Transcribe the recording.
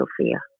Sophia